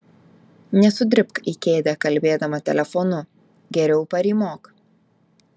nesudribk į kėdę kalbėdama telefonu geriau parymok